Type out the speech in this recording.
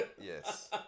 yes